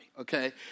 okay